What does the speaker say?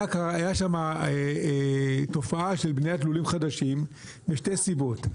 היה שם תופעה של בניית לולים חדשים משתי סיבות,